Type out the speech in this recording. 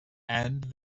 and